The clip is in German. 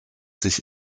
sich